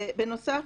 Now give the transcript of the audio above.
"בנוסף,